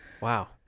wow